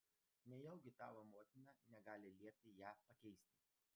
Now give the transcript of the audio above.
nejaugi tavo motina negali liepti ją pakeisti